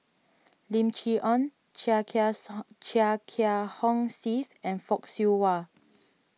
Lim Chee Onn Chia Kiah song Chia Kiah Hong Steve and Fock Siew Wah